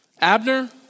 Abner